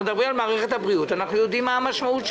אנחנו מדברים על מערכת הבריאות אנחנו יודעים מה משמעות העניין.